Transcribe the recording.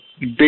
big